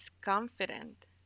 confident